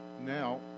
Now